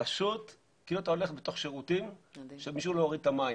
פשוט כאילו אתה הולך בתוך שירותים שמישהו לא הוריד את המים.